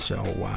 so, ah,